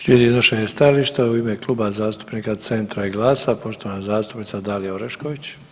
Slijedi iznošenje stajališta u ime Kluba zastupnika Centra i GLAS-a, poštovana zastupnica Dalija Orešković.